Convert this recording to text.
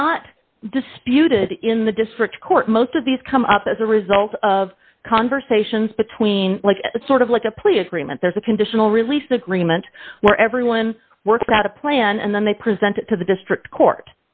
not disputed in the district court most of these come up as a result of conversations between sort of like a plea agreement there's a conditional release agreement where everyone works out a plan and then they present it to the district court